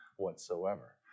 whatsoever